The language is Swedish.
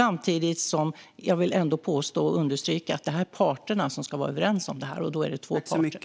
Låt mig dock understryka att det är parterna som ska vara överens om detta, och då är det två parter.